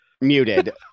muted